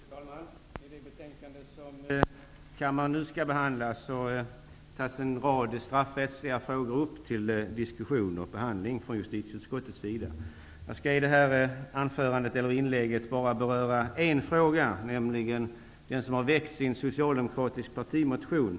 Fru talman! I det betänkande som kammaren nu skall behandla tar justitieutskottet upp en rad straffrättsliga frågor till diskussion och behandling. Jag skall i det här inlägget bara beröra en fråga, nämligen den som har väckts i en socialdemokratisk partimotion.